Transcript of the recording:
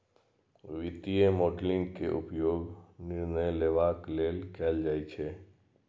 वित्तीय मॉडलिंग के उपयोग निर्णय लेबाक लेल कैल जाइ छै